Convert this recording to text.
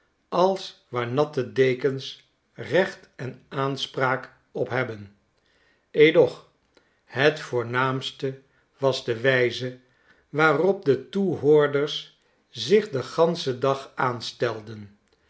als waar natte dekens recht en aanspraak op hebben edoch het voornaamste was de wijze waarop de toehoorders zich den ganschen dag aanstelden